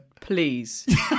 Please